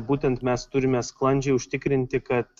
būtent mes turime sklandžiai užtikrinti kad